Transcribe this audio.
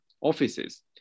offices